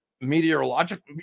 meteorological